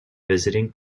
visiting